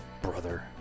brother